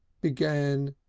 began,